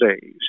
days